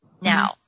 Now